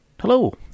Hello